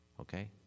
Okay